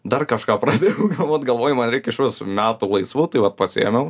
dar kažką pradėjau galvot galvoju man reikia išvis metų laisvų tai vat pasiėmėm